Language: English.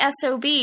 SOB